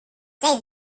says